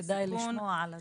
כדי לשמוע על התוצאות.